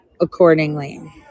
accordingly